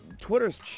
Twitter's